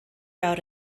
out